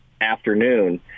afternoon